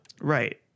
Right